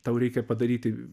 tau reikia padaryti